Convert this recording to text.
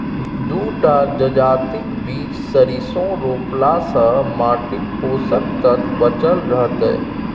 दू टा जजातिक बीच सरिसों रोपलासँ माटिक पोषक तत्व बचल रहतै